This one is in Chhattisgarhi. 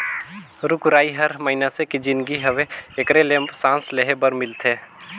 रुख राई हर मइनसे के जीनगी हवे एखरे ले सांस लेहे बर मिलथे